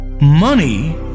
Money